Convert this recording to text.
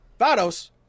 vados